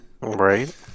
Right